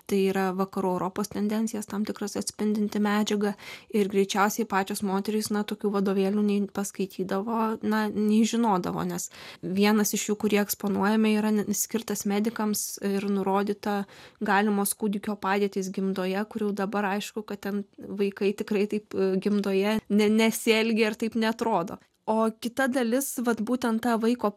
tai yra vakarų europos tendencijas tam tikras atspindinti medžiaga ir greičiausiai pačios moterys nuo tokių vadovėlių nei paskaitydavo na nei žinodavo nes vienas iš jų kurie eksponuojami yra skirtas medikams ir nurodyta galimos kūdikio padėtis gimdoje kurių dabar aišku kad ten vaikai tikrai taip gimdoje nesielgia ir taip neatrodo o kita dalis vat būtent tą vaiko